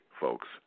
folks